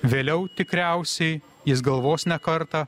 vėliau tikriausiai jis galvos ne kartą